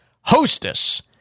Hostess